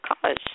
College